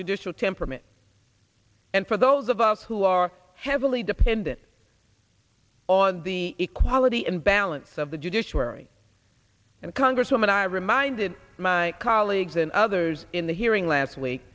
judicial temperament and for those of us who are heavily dependent on the equality and balance of the judiciary and congresswoman i reminded my colleagues and others in the hearing last week